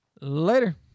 Later